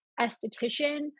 esthetician